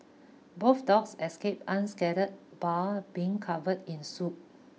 both dogs escaped unscathed bar being covered in soot